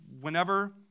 whenever